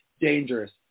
dangerous